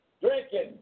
drinking